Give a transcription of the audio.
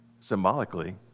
symbolically